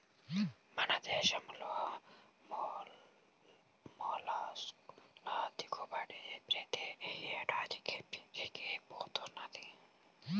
మన దేశంలో మొల్లస్క్ ల దిగుబడి ప్రతి ఏడాదికీ పెరిగి పోతున్నది